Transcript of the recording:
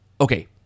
Okay